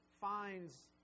finds